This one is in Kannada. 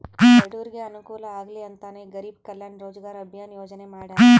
ಬಡೂರಿಗೆ ಅನುಕೂಲ ಆಗ್ಲಿ ಅಂತನೇ ಗರೀಬ್ ಕಲ್ಯಾಣ್ ರೋಜಗಾರ್ ಅಭಿಯನ್ ಯೋಜನೆ ಮಾಡಾರ